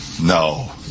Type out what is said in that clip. No